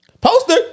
Poster